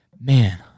man